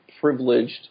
privileged